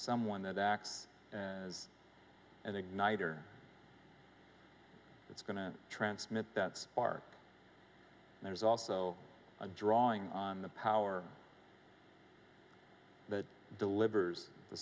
someone that acts as igniter that's going to transmit that bar and there's also a drawing on the power that delivers the